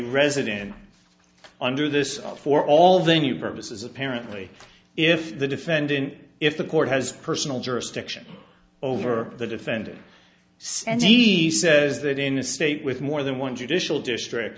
resident and under this for all they knew purposes apparently if the defendant if the court has personal jurisdiction over the defendant and he says that in a state with more than one judicial district